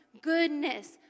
goodness